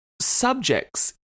subjects